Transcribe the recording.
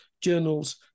journals